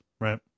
right